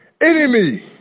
enemy